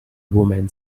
woman